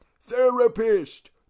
Therapist